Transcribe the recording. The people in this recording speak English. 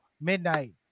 midnight